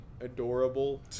adorable